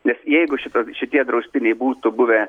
nes jeigu šito šitie draustiniai būtų buvę